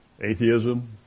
Atheism